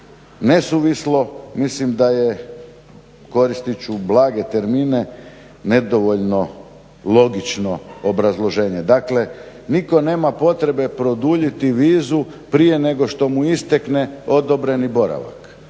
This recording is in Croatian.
nesuvislo mislim da je koristit ću blage termine nedovoljno logično obrazloženje. Dakle, nitko nema potrebe produljiti vizu prije nego što mu istekne odobreni boravak.